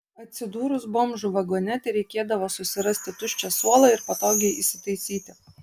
atsidūrus bomžų vagone tereikėdavo susirasti tuščią suolą ir patogiai įsitaisyti